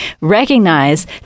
recognize